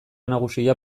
nagusia